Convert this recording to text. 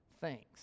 thanks